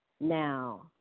Now